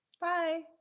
bye